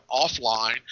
offline